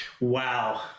Wow